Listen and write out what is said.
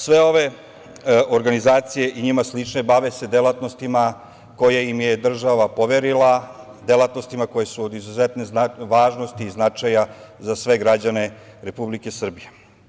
Sve ove organizacije i njima slične se bave delatnostima koje im je država poverila, delatnostima koje su od izuzetne važnosti i značaja za sve građane Republike Srbije.